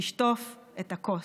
לשטוף את הכוס.